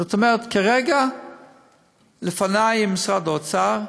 זאת אומרת, כרגע לפני, עם משרד האוצר,